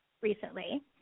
recently